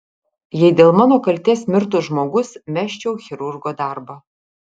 jei dėl mano kaltės mirtų žmogus mesčiau chirurgo darbą